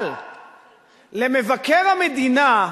אבל למבקר המדינה,